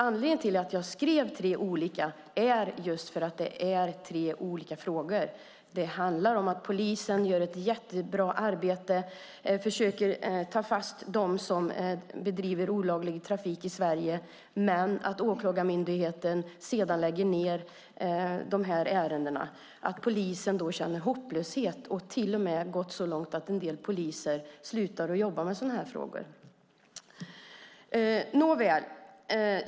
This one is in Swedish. Anledningen till att jag skrev tre olika interpellationer är att det är tre olika frågor. Polisen gör ett jättebra arbete och försöker ta fast dem som bedriver olaglig trafik i Sverige, men Åklagarmyndigheten lägger sedan ned de här ärendena. Polisen känner då hopplöshet. Det har till och med gått så långt att en del poliser slutat att jobba med sådana frågor. Nåväl!